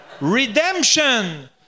Redemption